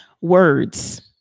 Words